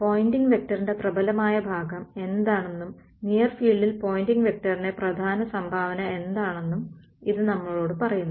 Poynting വെക്ടറിന്റെ പ്രബലമായ ഭാഗം എന്താണെന്നും നിയർ ഫീൽഡിൽ പോയിൻറിംഗ് വെക്ടറിന്റെ പ്രധാന സംഭാവന എന്താണെന്നും ഇത് നമ്മോട് പറയുന്നു